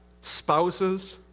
spouses